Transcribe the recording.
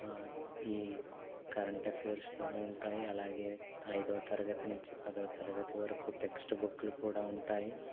ఈ కరంట్ ఎఫైర్సులోనూ ఉంటాయి అలాగే అయిదవ తరగతి నుంచి పదవ తరగతి వరకూ టెక్స్ట్ బుక్లు కూడా ఉంటాయి